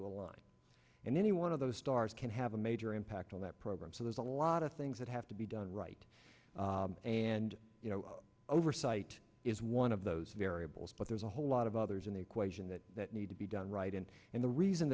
and any one of those stars can have a major impact on that program so there's a lot of things that have to be done right and you know oversight is one of those variables but there's a whole lot of others in the equation that need to be done right and and the reason